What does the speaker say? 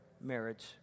marriage